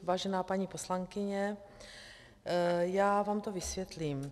Vážená paní poslankyně, já vám to vysvětlím.